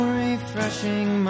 refreshing